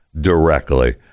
directly